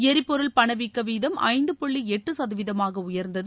எரிபொருள் பணவீக்க வீதம் ஐந்து புள்ளி எட்டு சதவீதமாக உயர்ந்தது